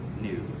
news